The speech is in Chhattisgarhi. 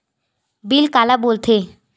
बिल काला बोल थे?